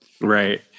right